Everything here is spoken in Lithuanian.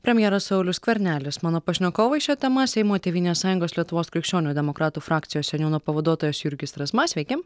premjeras saulius skvernelis mano pašnekovai šia tema seimo tėvynės sąjungos lietuvos krikščionių demokratų frakcijos seniūno pavaduotojas jurgis razma sveiki